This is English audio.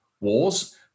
wars